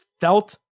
felt